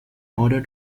order